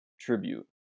tribute